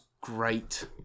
great